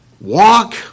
Walk